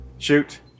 Shoot